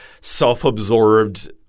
self-absorbed